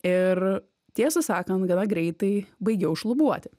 ir tiesą sakant gana greitai baigiau šlubuoti